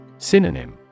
Synonym